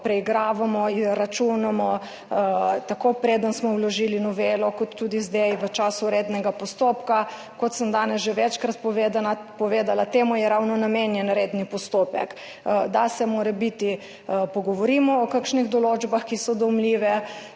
preigravamo, izračunamo, tako preden smo vložili novelo kot tudi zdaj v času rednega postopka. Kot sem danes že večkrat povedala, ravno temu je namenjen redni postopek – da se morebiti pogovorimo o kakšnih določbah, ki so dvomljive,